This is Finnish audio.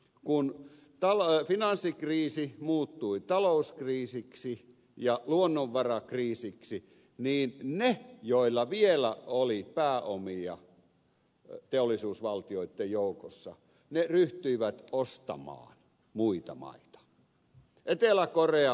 kun finanssikriisi muuttui talouskriisiksi ja luonnonvarakriisiksi niin ne joilla vielä oli pääomia teollisuusvaltioitten joukossa ryhtyivät ostamaan muita maita